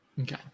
Okay